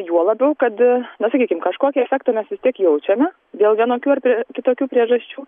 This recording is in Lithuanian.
juo labiau kad na sakykim kažkokį efektą mes vis tiek jaučiame dėl vienokių ar prie kitokių priežasčių